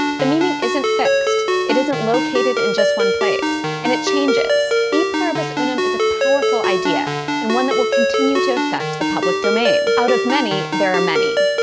the meaning isn't fixed. it isn't located in just one place. and it changes. e pluribus unum is a powerful idea, and one that will continue to affect the public domain. out of many, there are many.